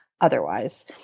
otherwise